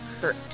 Hurt